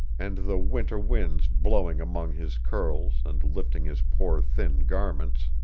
and the winter winds blowing among his curls and lifting his poor thin garments,